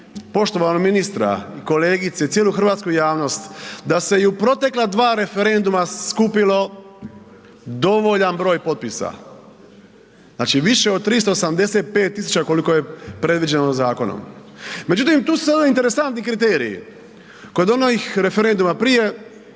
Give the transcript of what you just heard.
poštovanog ministra i kolegice i cijelu hrvatsku javnost, da se i u protekla dva referenduma skupilo dovoljan broj potpisa, znači više od 385 000 koliko je predviđeno zakonom. Međutim, tu su sada interesantni kriteriji, kod onih referenduma prije